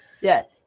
yes